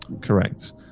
correct